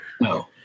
No